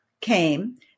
came